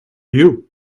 you